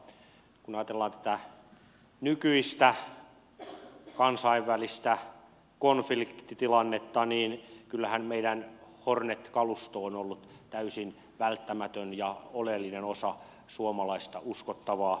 kun ajatellaan tätä nykyistä kansainvälistä konfliktitilannetta niin kyllähän meidän hornet kalustomme on ollut täysin välttämätön ja oleellinen osa suomalaista uskottavaa puolustusta